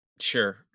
Sure